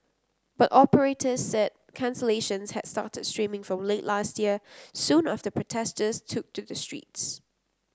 but operators said cancellations had started streaming from late last year soon after protesters took to the streets